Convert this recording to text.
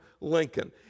Lincoln